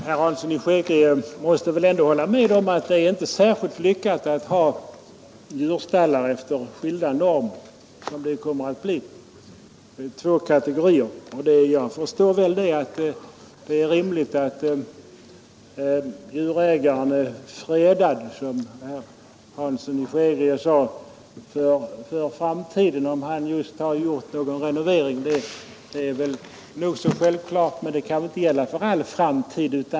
Herr talman! Herr Hansson i Skegrie måste väl ändå hålla med om att det inte är särskilt lyckat att ha djurstallar enligt skilda normer. Det kommer då att bli två kategorier. Jag tycker det är rimligt att djurägaren är fredad för framtiden, som herr Hansson i Skegrie sade, om en renovering nyligen enligt då gällande bestämmelser har gjorts. Detta är självklart, men det kan väl inte gälla för all framtid.